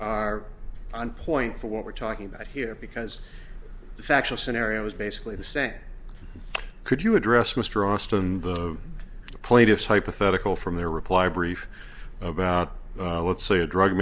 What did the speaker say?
are on point for what we're talking about here because the factual scenario is basically the same could you address mr austin the plaintiff's hypothetical from the reply brief about let's say a drug